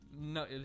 No